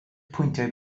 pwyntiau